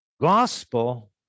gospel